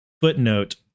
Footnote